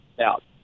out